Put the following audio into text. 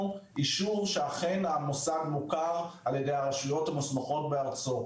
אישור שאכן המוסד מוכר על-ידי הרשויות המוסמכות בארצו.